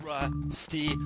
Rusty